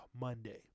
Monday